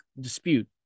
dispute